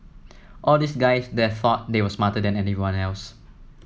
all the guys there thought they were smarter than everyone else